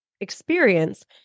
experience